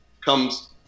comes